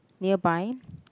nearby